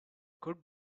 good